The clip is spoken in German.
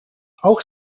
auch